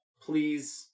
please